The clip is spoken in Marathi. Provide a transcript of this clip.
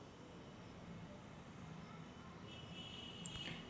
लाल मातीमंदी पराटीचे पीक घेऊ का?